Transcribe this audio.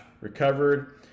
recovered